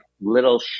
little